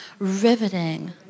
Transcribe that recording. riveting